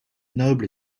noble